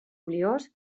oliós